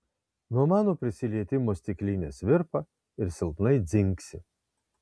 nuo mano prisilietimo stiklinės virpa ir silpnai dzingsi